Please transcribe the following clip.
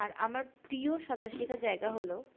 আর আমার প্রিয় সাঁতার শেখার জায়গা হলো